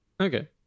Okay